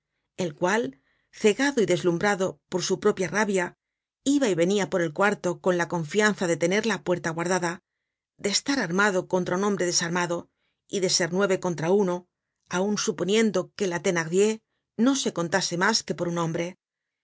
el cual cegado y deslumhrado por su propia rabia iba y venia por el cuarto con la confianza de tener la puerta guardada de estar armado contra un hombre desarmado y de ser nueve contra uno aun suponiendo que la thenardier no se contase mas que por un hombre